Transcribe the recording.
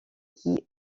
qui